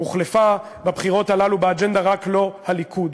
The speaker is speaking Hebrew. הוחלפה בבחירות הללו באג'נדה "רק לא הליכוד".